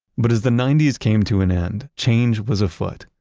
but as the ninety s came to an end, change was a foot.